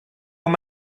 ond